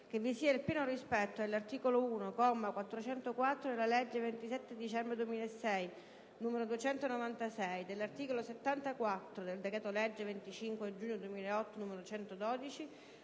che vi sia il pieno rispetto dell'articolo 1, comma 404, della legge 27 dicembre 2006, n. 296, dell'articolo 74 del decreto-legge 25 giugno 2008, n. 112,